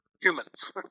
humans